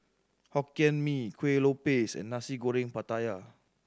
Hokkien Mee Kuih Lopes and Nasi Goreng Pattaya